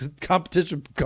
competition